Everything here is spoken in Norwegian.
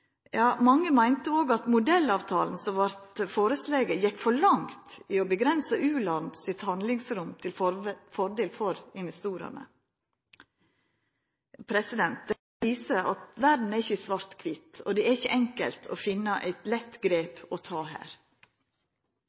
Ja, mange meinte òg at modellavtalen som vart føreslegen, gjekk for langt i å avgrensa u-landa sitt handlingsrom til fordel for investorane. Dette viser at verda ikkje er i svart-kvitt, og det er ikkje enkelt å finna eit lett grep å ta her.